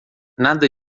nada